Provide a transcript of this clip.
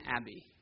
Abbey